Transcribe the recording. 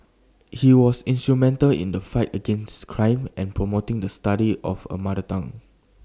he was instrumental in the fight against crime and promoting the study of A mother tongue